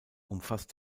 umfasst